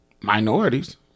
minorities